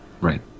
Right